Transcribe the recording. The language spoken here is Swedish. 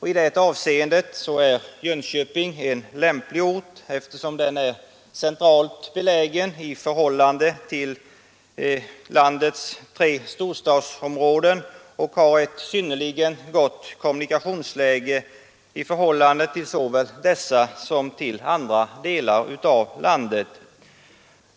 I det avseendet är Jönköping en lämplig ort eftersom den är centralt belägen i förhållande till landets tre storstadsområden och har ett synnerligen gott kommunikationsläge i förhållande såväl till dessa som till andra delar av landet.